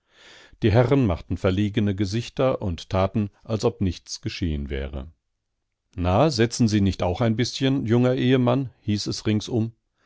die herren machten verlegene gesichter und taten als ob nichts geschehen wäre na setzen sie nicht auch ein bißchen junger ehemann hieß es ringsum